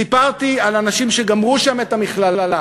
סיפרתי על אנשים שגמרו שם את המכללה,